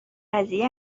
قضیه